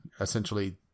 essentially